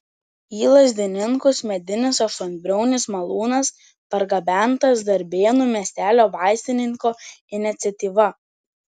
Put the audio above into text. į lazdininkus medinis aštuonbriaunis malūnas pargabentas darbėnų miestelio vaistininko iniciatyva